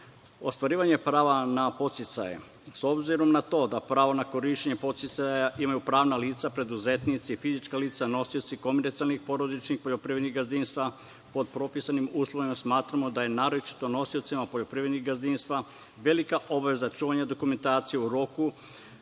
ostvarivanje prava na podsticaje.S obzirom na to da pravo na korišćenje podsticaja imaju pravna lica, preduzetnici i fizička lica, nosioci komercijalnih porodičnih poljoprivrednih gazdinstava, pod propisanim uslovima, smatramo da je naročito nosiocima poljoprivrednih gazdinstava velika obaveza čuvanje dokumentacije u roku